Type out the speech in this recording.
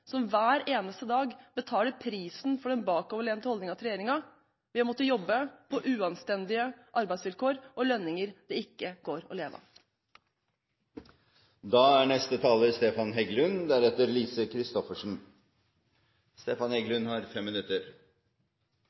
som hver eneste dag betaler prisen for den tilbakelente holdningen til regjeringen ved å måtte jobbe på uanstendige arbeidsvilkår og lønninger det ikke går an å leve